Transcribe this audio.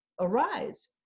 Arise